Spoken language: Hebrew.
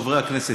חברי הכנסת,